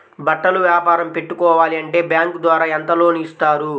బట్టలు వ్యాపారం పెట్టుకోవాలి అంటే బ్యాంకు ద్వారా ఎంత లోన్ ఇస్తారు?